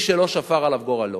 מי שלא שפר עליו גורלו